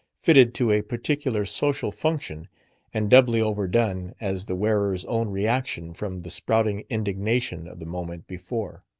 fitted to a particular social function and doubly overdone as the wearer's own reaction from the sprouting indignation of the moment before.